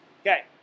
Okay